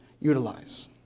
utilize